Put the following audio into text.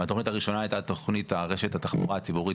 התכנית הראשונה הייתה תכנית הרשת התחבורה הציבורית